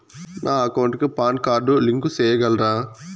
నా అకౌంట్ కు PAN card link సేయగలరా?